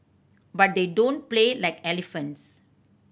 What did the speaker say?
but they don't play like elephants